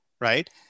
right